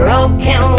Broken